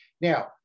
Now